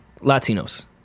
Latinos